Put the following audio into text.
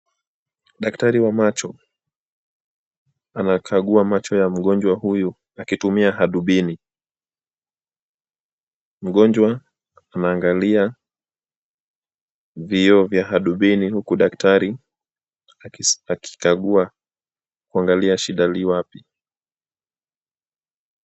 Daktari wa macho anakagua macho ya mgonjwa huyu akitumia hadubini. Mgonjwa anaangalia vioo vya hadubuni huku daktari akikagua kuangalia shida li wapi.